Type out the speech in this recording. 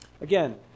Again